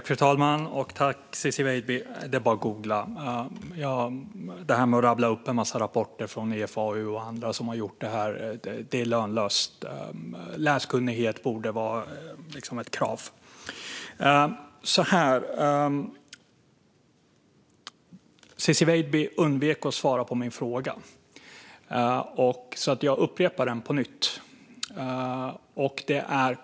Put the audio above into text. Fru talman! Det är bara att googla. Att rabbla upp en massa rapporter från IFAU och andra är lönlöst. Läskunnighet borde vara ett krav. Ciczie Weidby undvek att svara på min fråga, så jag upprepar den.